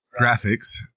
graphics